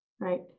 Right